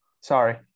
Sorry